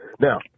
Now